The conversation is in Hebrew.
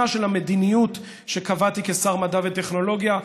של המדיניות שקבעתי כשר המדע והטכנולוגיה.